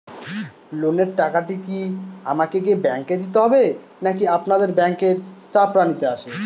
লোনের টাকাটি কি আমাকে গিয়ে ব্যাংক এ দিতে হবে নাকি আপনাদের ব্যাংক এর স্টাফরা নিতে আসে?